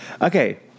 Okay